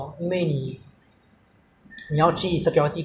然后 the security guard 你如果你没有去过那个 condo